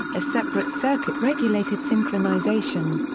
a separate circuit regulated synchronization.